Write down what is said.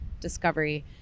discovery